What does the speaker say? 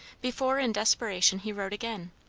before in desperation he wrote again?